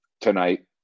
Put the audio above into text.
tonight